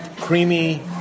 Creamy